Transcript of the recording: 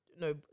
No